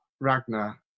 Ragnar